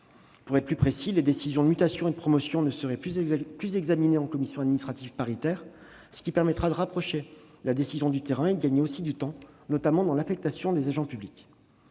Pour être plus précis, les décisions de mutations et de promotions ne seront plus examinées en commissions administratives paritaires, ce qui permettra de rapprocher la décision du terrain, mais aussi de gagner du temps, notamment dans l'affectation des agents publics.